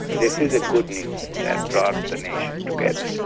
this is the good news that brought the nation together.